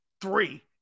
Three